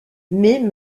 mais